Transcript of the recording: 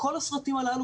כל הסרטים הללו,